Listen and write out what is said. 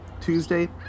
Tuesday